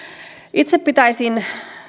itse pitäisin